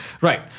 Right